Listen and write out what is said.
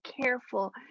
careful